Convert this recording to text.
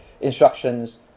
instructions